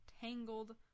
tangled